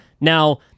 Now